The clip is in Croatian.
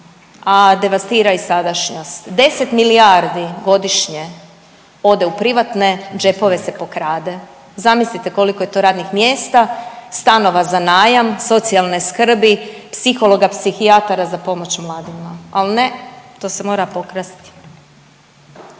a devastira i sadašnjost. 10 milijardi godišnje ode u privatne džepove se pokrade. Zamislite koliko je to radnih mjesta, stanova za najam, socijalne skrbi, psihologa, psihijatara za pomoć mladima. Ali ne, to se mora pokrasti.